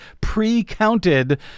pre-counted